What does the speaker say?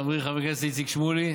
חברי חבר הכנסת איציק שמולי,